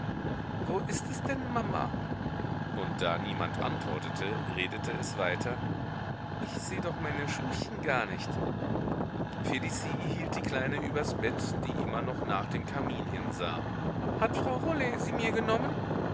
wo ist es denn mama und da niemand antwortete redete es weiter ich seh doch meine schuhchen gar nicht felicie hielt die kleine übers bett die immer noch nach dem kamin hinsah hat frau rollet sie mir genommen